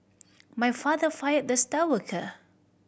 my father fired the star worker